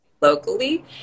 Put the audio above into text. Locally